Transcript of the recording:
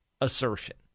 assertion